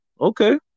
Okay